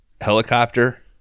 Helicopter